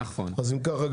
אם ככה,